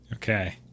Okay